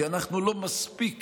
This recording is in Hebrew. כי אנחנו לא מספיק,